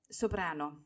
soprano